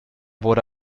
wurde